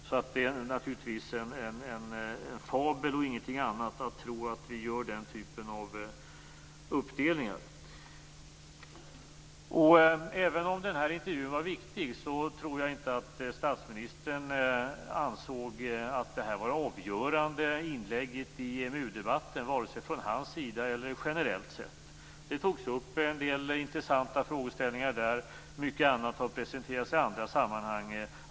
Det är naturligtvis en fabel och ingenting annat att tro att vi gör den typen av uppdelningar. Även om den här intervjun var viktig tror jag inte att statsministern ansåg att den var det avgörande inlägget i EMU-debatten, vare sig från hans sida eller generellt sett. Det togs upp en del intressanta frågeställningar där. Mycket annat har presenterats i andra sammanhang.